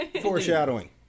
Foreshadowing